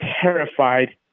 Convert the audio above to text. terrified